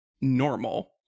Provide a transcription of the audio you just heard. normal